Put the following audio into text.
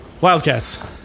Wildcats